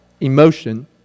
emotion